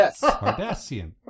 Cardassian